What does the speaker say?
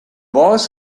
was